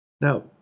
Now